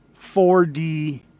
4D